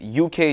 UK